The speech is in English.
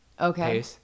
Okay